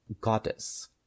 goddess